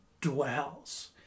dwells